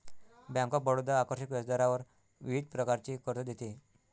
bank of Baroda आकर्षक व्याजदरावर विविध प्रकारचे कर्ज देते